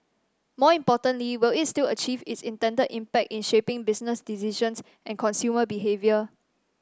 more importantly will it still achieve its intended impact in shaping business decisions and consumer behaviour